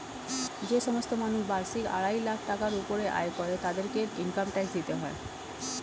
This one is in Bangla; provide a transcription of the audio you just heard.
যে সমস্ত মানুষ বার্ষিক আড়াই লাখ টাকার উপরে আয় করে তাদেরকে ইনকাম ট্যাক্স দিতে হয়